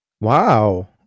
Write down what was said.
Wow